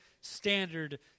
standard